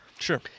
Sure